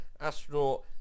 astronaut